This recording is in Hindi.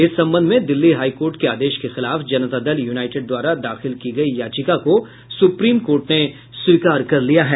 इस संबंध में दिल्ली हाईकोर्ट के आदेश के खिलाफ जनता दल यूनाईटेड द्वारा दाखिल की गयी याचिका को सुप्रीम कोर्ट ने स्वीकार कर लिया है